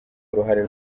uruhare